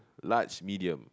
large medium